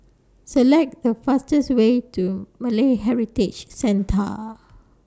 Select The fastest Way to Malay Heritage Centre